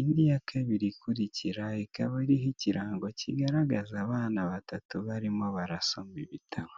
indi ya kabiri ikurikira ikaba iriho ikirango kigaragaza abana batatu barimo barasoma ibitabo.